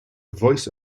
voice